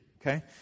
Okay